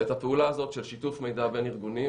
ואת הפעולה הזאת של שיתוף מידע בין ארגונים,